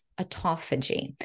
autophagy